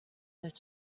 that